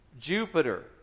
Jupiter